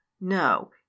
no